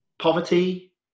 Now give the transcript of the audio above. poverty